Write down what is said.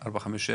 457?